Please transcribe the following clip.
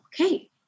okay